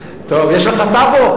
יש לך טאבו?